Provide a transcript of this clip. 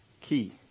key